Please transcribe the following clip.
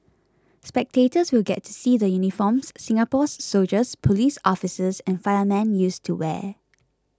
spectators will get to see the uniforms Singapore's soldiers police officers and firemen used to wear